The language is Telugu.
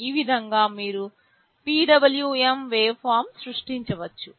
ఈ విధంగా మీరు PWM వేవ్ఫార్మ్ సృష్టించవచ్చు